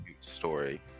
story